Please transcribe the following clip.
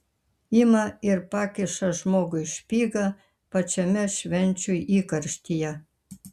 ima ir pakiša žmogui špygą pačiame švenčių įkarštyje